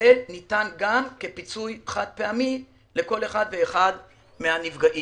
שהתקבל ניתן גם כסכום חד-פעמי לכל אחד מהנפגעים.